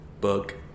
Book